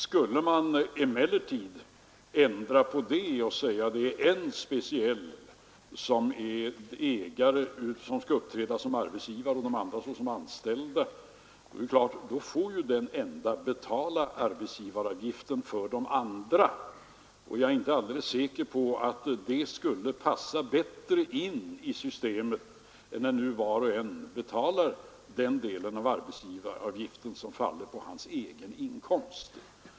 Skulle man emellertid ändra på det och säga att en i laget skall uppträda som arbetsgivare och de andra som anställda, då får dennne ende betala arbetsgivaravgiften för de andra. Jag är inte alldeles säker på att det skulle passa bättre in i systemet än att var och en betalar den del av arbetsgivaravgiften som faller på hans egen inkomst.